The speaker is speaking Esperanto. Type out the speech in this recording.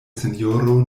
sinjoro